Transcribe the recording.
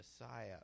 Messiah